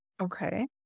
Okay